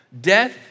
death